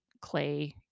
clay